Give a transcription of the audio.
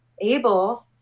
able